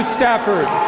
Stafford